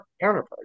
counterpart